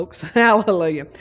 Hallelujah